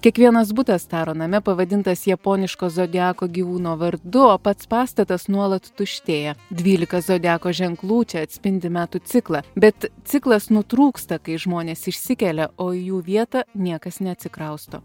kiekvienas butas taro name pavadintas japoniško zodiako gyvūno vardu o pats pastatas nuolat tuštėja dvylika zodiako ženklų čia atspindi metų ciklą bet ciklas nutrūksta kai žmonės išsikelia o į jų vietą niekas neatsikrausto